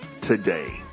today